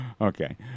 Okay